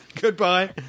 Goodbye